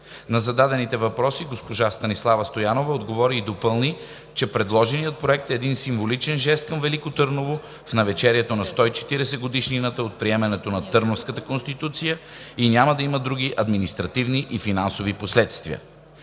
На зададените въпроси госпожа Станислава Стоянова отговори и допълни, че предложеният проект е един символичен жест към Велико Търново в навечерието на 140-годишнината от приемането на Търновската конституция и няма да има други административни и финансови последствия.